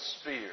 spear